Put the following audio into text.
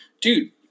dude